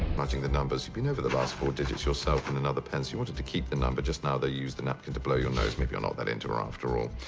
writing the numbers. you've been over the last four digits yourself in another pen, so you wanted to keep the number. just now though, you used the napkin to blow your nose. maybe you're not that into her after all.